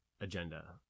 agenda